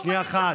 שנייה אחת.